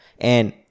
And-